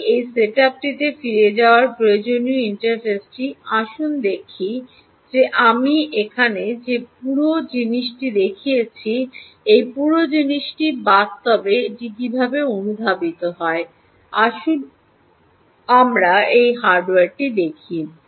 এটি এই সেটআপটিতে ফিরে যাওয়া প্রয়োজনীয় ইন্টারফেসটি আসুন দেখি যে আমি এখানে যে পুরো জিনিসটি দেখিয়েছি এই পুরো জিনিসটি বাস্তবে বাস্তবে এটি কীভাবে অনুধাবিত হয় আসুন আমাদের এই হার্ডওয়্যারটি দেখি